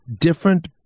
different